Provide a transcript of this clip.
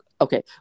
Okay